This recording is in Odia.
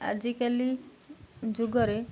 ଆଜିକାଲି ଯୁଗରେ